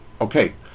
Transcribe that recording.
Okay